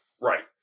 Right